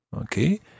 Okay